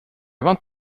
want